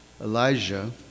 Elijah